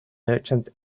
merchants